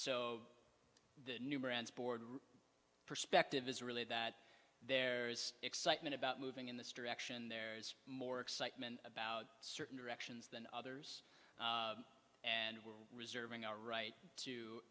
so the new brands board perspective is really that there's excitement about moving in this direction there's more excitement about certain directions than others and we're reserving our right to